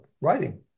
writing